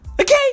okay